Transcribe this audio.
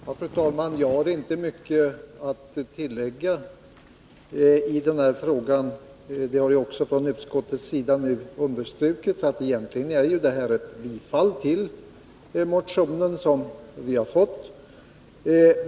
Fru talman! Jag har inte mycket att tillägga i denna fråga. Det har ju också från utskottets sida nu understrukits att det egentligen är ett tillstyrkande av motionen som vi har fått.